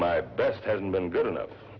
my best hasn't been good enough